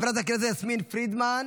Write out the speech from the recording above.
חברת הכנסת יסמין פרידמן,